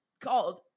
called